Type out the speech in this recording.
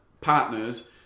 Partners